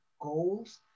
goals